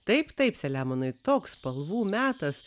taip taip selemonai toks spalvų metas